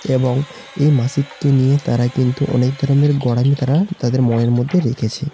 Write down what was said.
এবং এই মাসিককে নিয়ে তারা কিন্তু অনেক ধরনের গোঁড়ামি তারা তাদের মনের মধ্যে রেখেছে